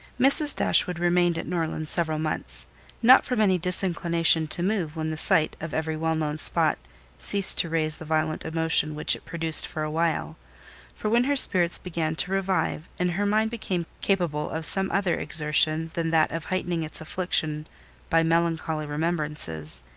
mrs. dashwood remained at norland several months not from any disinclination to move when the sight of every well known spot ceased to raise the violent emotion which it produced for a while for when her spirits began to revive, and her mind became capable of some other exertion than that of heightening its affliction by melancholy remembrances,